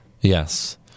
Yes